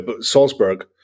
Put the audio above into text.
Salzburg